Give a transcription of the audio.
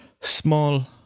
small